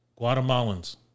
Guatemalans